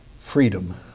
freedom